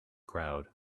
crowd